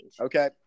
okay